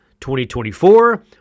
2024